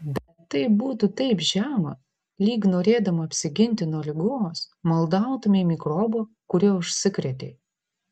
bet tai būtų taip žema lyg norėdama apsiginti nuo ligos maldautumei mikrobo kuriuo užsikrėtei